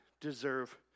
deserve